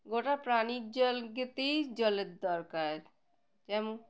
গোটা প্রাণীর জল যেতেই জলের দরকার যেমন